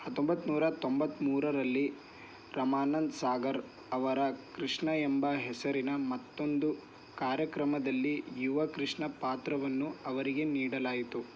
ಹತ್ತೊಂಬತ್ತು ನೂರ ತೊಂಬತ್ತ ಮೂರರಲ್ಲಿ ರಮಾನಂದ್ ಸಾಗರ್ ಅವರ ಕೃಷ್ಣ ಎಂಬ ಹೆಸರಿನ ಮತ್ತೊಂದು ಕಾರ್ಯಕ್ರಮದಲ್ಲಿ ಯುವ ಕೃಷ್ಣ ಪಾತ್ರವನ್ನು ಅವರಿಗೆ ನೀಡಲಾಯಿತು